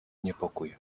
niepokój